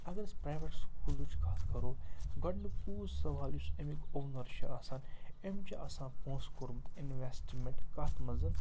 اگر أسۍ پرٮ۪ویٹ سکوٗلٕچ کَتھ کَرو گۄڈنِکُے سَوال یُس اَمیُک اونَر چھُ آسان أمۍ چھِ آسان پونٛسہٕ کوٚرمُت اِنوٮ۪سٹمٮ۪نٛٹ کَتھ منٛز